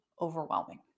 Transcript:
overwhelming